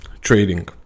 trading